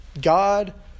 God